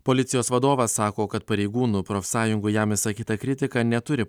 policijos vadovas sako kad pareigūnų profsąjungų jam išsakyta kritika neturi